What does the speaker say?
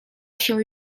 się